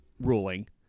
ruling